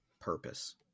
purpose